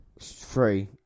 Three